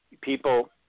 people